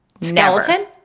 Skeleton